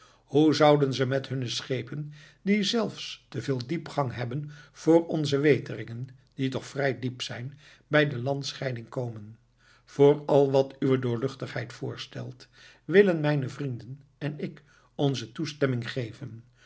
hoe zouden ze met hunne schepen die zelfs te veel diepgang hebben voor onze weteringen die toch vrij diep zijn bij de landscheiding komen voor al wat uwe doorluchtigheid voorstelt willen mijne vrienden en ik onze toestemming geven